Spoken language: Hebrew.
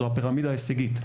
זו הפירמידה ההישגית,